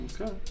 Okay